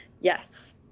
Yes